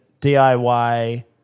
DIY